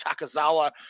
Takazawa